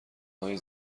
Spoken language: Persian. های